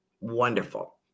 Wonderful